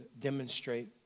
demonstrate